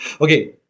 Okay